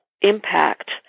impact